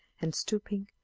and, stooping,